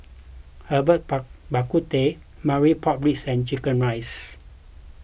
Herbal Bak Ku Teh Marmite Pork Ribs and Chicken Rice